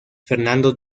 fernando